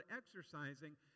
exercising